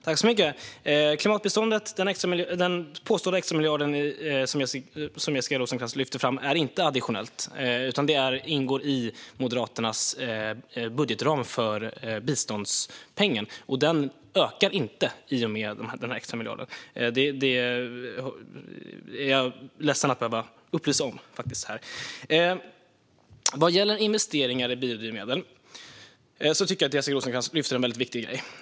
Fru talman! Den påstådda extramiljarden som Jessica Rosencrantz lyfter fram är inte additionell, utan den ingår i Moderaternas budgetram för biståndspengen. Den ökar inte i och med den extra miljarden. Jag är ledsen att behöva upplysa om det. När det gäller investeringar i biodrivmedel tycker jag att Jessica Rosencrantz lyfter en viktig sak.